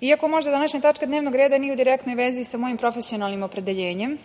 iako možda današnja tačka dnevnog reda nije u direktnoj vezi sa mojim profesionalnim opredeljenjem